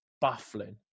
baffling